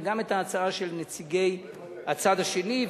וגם את ההצעה של נציגי הצד השני,